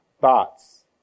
Thoughts